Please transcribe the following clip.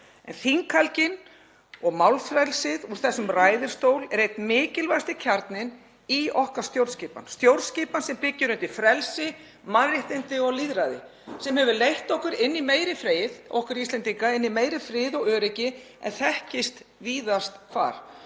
En þinghelgin og málfrelsið úr þessum ræðustól er einn mikilvægasti kjarninn í okkar stjórnskipan, stjórnskipan sem byggir undir frelsi, mannréttindi og lýðræði sem hefur leitt okkur Íslendinga inn í meiri frið og öryggi en þekkist víðast hvar.